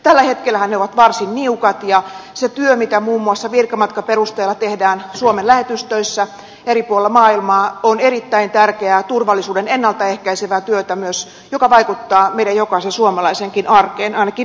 tällä hetkellähän ne ovat varsin niukat ja se työ mitä muun muassa virkamatkaperusteella tehdään suomen lähetystöissä eri puolilla maailmaa on erittäin tärkeää turvallisuuden ennalta ehkäisevää työtä myös joka vaikuttaa meidän jokaisen suomalaisenkin arkeen ainakin välillisesti